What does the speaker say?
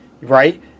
right